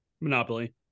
Monopoly